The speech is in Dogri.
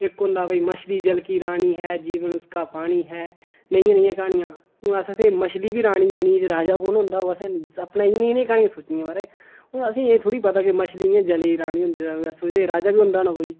इक होंदा भई मछली जल की रानी है जीवन उसका पानी है नेहियां नेहियां क्हानियां हून असें ते मछली बी रानी बनी गेदी ते राजा कु'न होंदा होग असें अपने इ'यै नेही नेही क्हानियां सोची दियां महाराज हून असेंगी एह् थोड़ी पता कि मछली गै जलै दी रानी होंदी ते अस सोचदे राजा बी होंदा होना कोई